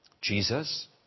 Jesus